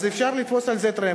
אז אפשר לתפוס על זה טרמפ.